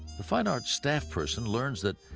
the fine arts staff person learns that,